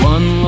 One